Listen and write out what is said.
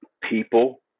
people